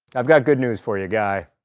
i've got good news for you, guy.